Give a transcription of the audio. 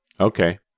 Okay